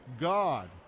God